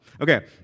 Okay